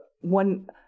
one